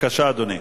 בבקשה, אדוני.